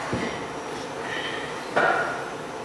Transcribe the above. סעיף 1 נתקבל.